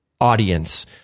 audience